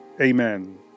amen